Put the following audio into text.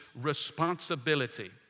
responsibility